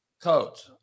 coach